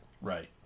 right